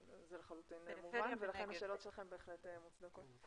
זה לחלוטין מובן ולכן השאלות שלכם בהחלט מוצדקות.